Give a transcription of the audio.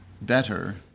better